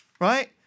right